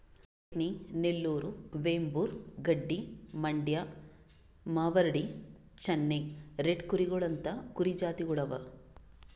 Deccani, Nellore, Vembur, Gaddi, Mandya, Marwari, Chennai red ಕೂರಿಗೊಳ್ ಅಂತಾ ಕುರಿ ಜಾತಿಗೊಳ್ ಅವಾ